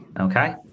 Okay